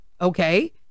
okay